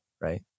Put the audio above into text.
right